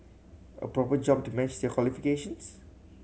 a proper job to match their qualifications